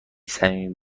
صمیمی